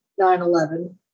9-11